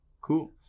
cool